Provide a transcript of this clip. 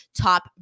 top